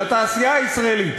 לתעשייה הישראלית,